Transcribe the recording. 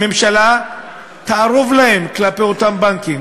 הממשלה תערוב להם כלפי אותם בנקים.